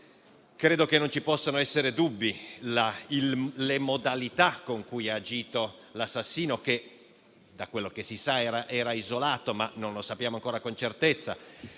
credo che non ci possano essere dubbi, considerate le modalità con cui ha agito l'assassino, che, da quanto si sa, era isolato (ma non lo sappiamo ancora con certezza).